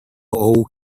old